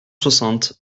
soixante